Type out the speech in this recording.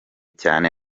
cyane